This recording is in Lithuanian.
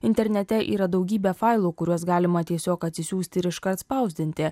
internete yra daugybė failų kuriuos galima tiesiog atsisiųsti ir iškart spausdinti